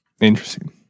Interesting